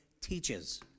teaches